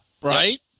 right